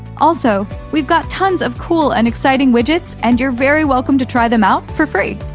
also, we've got tons of cool and exciting widgets and you're very welcome to try them out for free.